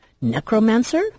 Necromancer